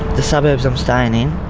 the suburbs i'm staying in,